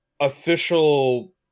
official